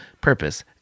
purpose